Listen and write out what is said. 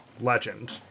Legend